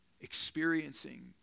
experiencing